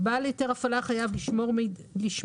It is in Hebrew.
בעל היתר הפעלה חייב לשמור את